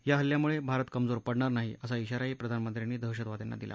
या हल्ल्यामुळे भारत कमजोर पडणार नाही असा इशाराही प्रधानमंत्र्यांनी दहशतवाद्यांना दिला